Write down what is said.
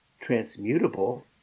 transmutable